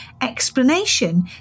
explanation